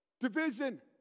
division